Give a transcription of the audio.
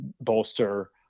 bolster